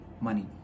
Money